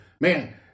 man